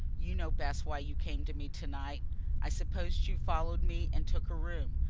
you know best why you came to me to-night i suppose you followed me and took a room.